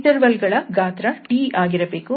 interval ಗಳ ಗಾತ್ರ T ಆಗಿರಬೇಕು